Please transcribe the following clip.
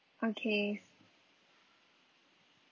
okay